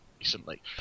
recently